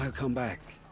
come back.